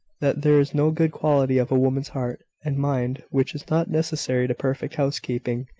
that there is no good quality of a woman's heart and mind which is not necessary to perfect housekeeping,